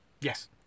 Yes